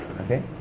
okay